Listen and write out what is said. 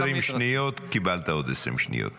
אתה רוצה עוד 20 שניות קיבלת עוד 20 שניות.